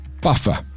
buffer